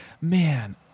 Man